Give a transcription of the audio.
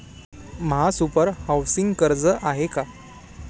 महासुपर हाउसिंग कर्ज आहे का?